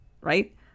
Right